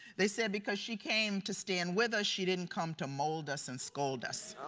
they said because she came to stand with us. she didn't come to mold us and scold us.